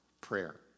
prayer